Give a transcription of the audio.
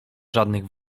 żadnych